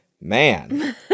Man